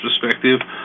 perspective